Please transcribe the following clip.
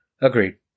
Agreed